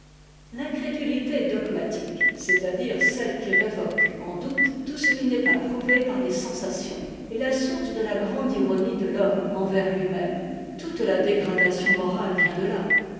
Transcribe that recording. l'incrédulité dogmatique c'est-à-dire celle qui révoque en doute tout ce qui n'est pas prouvé par les sensations est la source de la grande ironie de l'homme envers iui même toute la dégradation morale vient de là